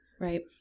Right